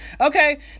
Okay